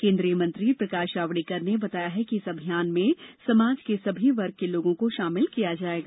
केन्द्रीय मंत्री प्रकाश जावड़ेकर ने बताया कि इस अभियान में समाज के सभी वर्ग के लोगों को शामिल किया जायेगा